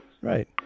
right